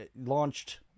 launched